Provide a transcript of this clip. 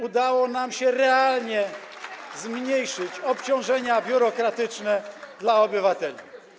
Udało nam się realnie zmniejszyć obciążenia biurokratyczne dla obywateli.